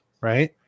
Right